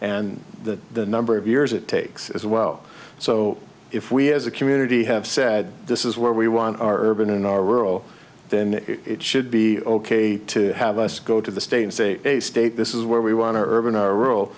and the number of years it takes as well so if we as a community have said this is where we want our urban in our rural then it should be ok to have us go to the state and say a state this is where we want to urban our rural